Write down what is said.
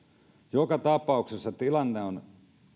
joka tapauksessa tilanne on